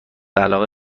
علاقه